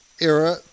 era